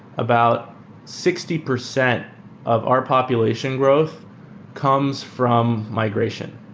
about sixty percent of our population growth comes from migration.